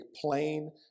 plain